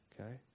Okay